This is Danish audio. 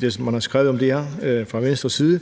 det, som man har skrevet om det her, fra Venstres side,